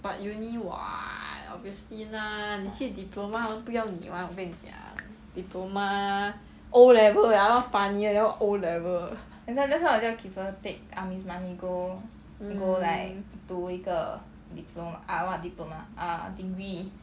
but uni [what] obviously lah 你去 diploma 我都不要你 lah 我跟你讲 diploma O level ya lor funnier that [one] O level